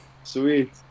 Sweet